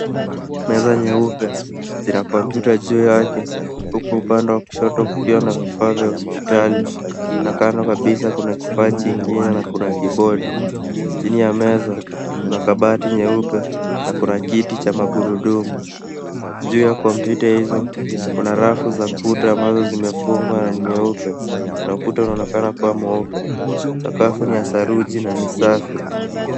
Meza nyeupe zina kompyuta juu yake, huku upande wa kushoto vikiwa na vifaa vya hospitali na kando kabisa kuna kifaa chingine na kuna kibodi chini ya meza kuna kabati nyeupe na kuna kiti cha magurudumu. Juu ya kompyuta hizo kuna rafuu za kuta ambazo zimefungwa na ni nyeupe na kuta inaoonekana kuwa meupe, sakafu ni ya saruji na ni safi.